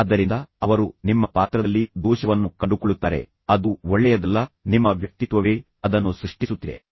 ಆದ್ದರಿಂದ ಅವರು ನಿಮ್ಮ ಪಾತ್ರದಲ್ಲಿ ದೋಷವನ್ನು ಕಂಡುಕೊಳ್ಳುತ್ತಾರೆ ಅದು ಒಳ್ಳೆಯದಲ್ಲ ನಿಮ್ಮ ವ್ಯಕ್ತಿತ್ವವೇ ಅದನ್ನು ಸೃಷ್ಟಿಸುತ್ತಿದೆ